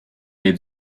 les